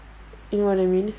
you know what I mean